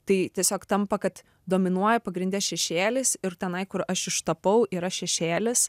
tai tiesiog tampa kad dominuoja pagrinde šešėlis ir tenai kur aš užtapau yra šešėlis